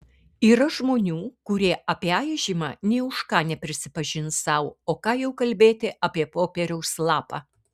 yra žmonių kurie apie aižymą nė už ką neprisipažins sau o ką jau kalbėti popieriaus lapą